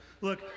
Look